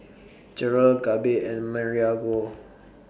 Jerrold Gabe and